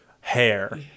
hair